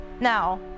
Now